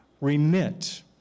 remit